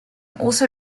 also